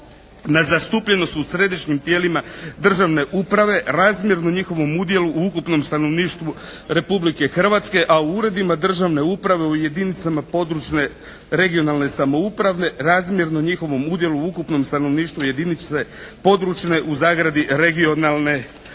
na zastupljenost u središnjim tijelima državne uprave razmjerno njihovom udjelu u ukupnom stanovništvu Republike Hrvatske a u uredima državne uprave u jedinicama područne, regionalne samouprave razmjerno njihovom udjelu u ukupnom stanovništvu jedinice područne (regionalne) samouprave.